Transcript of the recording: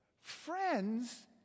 Friends